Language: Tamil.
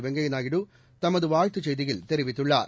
வெங்கைய நாயுடு தனது வாழ்த்துச் செய்தியில் தெரிவித்துள்ளார்